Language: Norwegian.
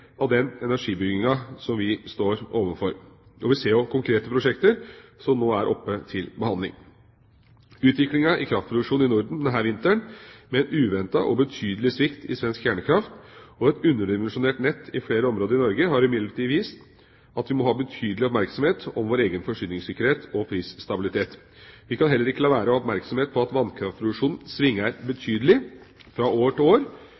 av den energibygginga som vi står overfor, og vi ser jo konkrete prosjekter som nå er oppe til behandling. Utviklinga i kraftproduksjonen i Norden denne vinteren med en uventet og betydelig svikt i svensk kjernekraft og et underdimensjonert nett i flere områder i Norge har imidlertid vist at vi må ha betydelig oppmerksomhet på vår egen forsyningssikkerhet og prisstabilitet. Vi kan heller ikke la være å ha oppmerksomhet på at vannkraftproduksjonen svinger betydelig fra år til år.